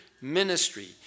ministry